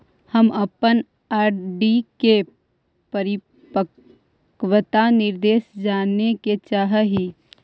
हम अपन आर.डी के परिपक्वता निर्देश जाने के चाह ही